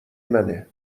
منه